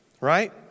right